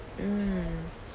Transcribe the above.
mm